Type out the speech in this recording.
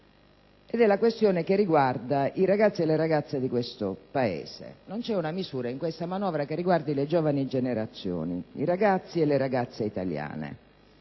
è una questione riguardante i ragazzi e le ragazze di questo Paese. Non c'è una misura, in questa manovra, che riguardi le giovani generazioni, i ragazzi e le ragazze italiane.